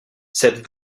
cette